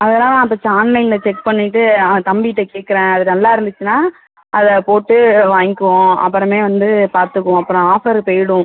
அதனால் நான் ஃபர்ஸ்ட் ஆன்லைனில் செக் பண்ணிவிட்டு ஆ தம்பிகிட்ட கேட்குறன் அது நல்லாயிருந்துச்சுன்னா அதை போட்டு வாய்ங்க்குவோம் அப்புறமே வந்து பார்த்துக்குவோம் அப்புறம் ஆஃபரு போய்விடும்